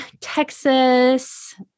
Texas